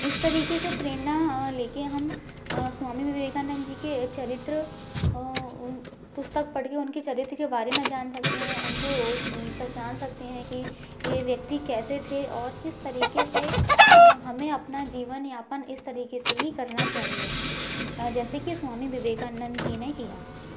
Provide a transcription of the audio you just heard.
इस तरीके से प्रेरणा अ ले के हम अ स्वामी विवेकानंद जी के चरित्र अ अ पुस्तक पढ़ कर उनके चरित्र के बारे में जान सकतें हैं उनको पहचान सकतें हैं कि ये व्यक्ति कैसे थे और किस तरीके से अ हमें अपना जीवन यापन इस तरीके से ही करना चाहिए अ जैसे कि स्वामी विवेकानंद जी ने किया